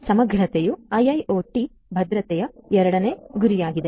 ಸಮಗ್ರತೆಯುಇಂಟೆಗ್ರಿಟಿ IIoT ಭದ್ರತೆಯ 2 ನೇ ಗುರಿಯಾಗಿದೆ